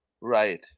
Right